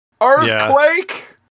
Earthquake